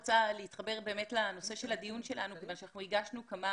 להתחבר לנושא של הדיון שלנו כיוון שהגשנו כמה